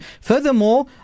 Furthermore